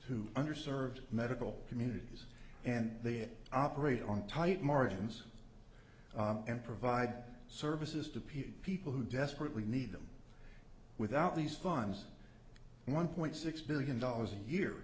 to under served medical communities and they it operate on tight margins and provide services to people people who desperately need them without these funds and one point six billion dollars a year